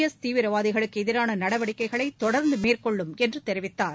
S தீவிரவாதிகளுக்குஎதிரானநடவடிக்கைகளைதொடர்ந்துமேற்கொள்ளும் என்றுதெரிவித்தார்